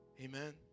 Amen